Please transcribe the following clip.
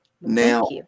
Now